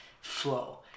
flow